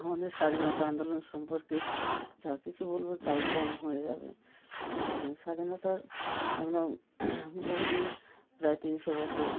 আমাদের স্বাধীনতা আন্দোলন সম্পর্কে যা কিছু বলব তাই কম হয়ে যাবে স্বাধীনতার আমরা বহুদিন প্রায় তিনশো বছর